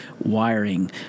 wiring